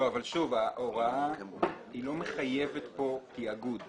ההוראה לא מחייבת כאן תאגוד.